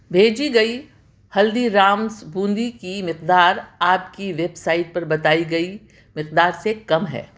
بھیجی گئی ہلدی رامز بوندی کی مقدار آپ کی ویب سائٹ پر بتائی گئی مقدار سے کم ہے